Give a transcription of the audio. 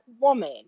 woman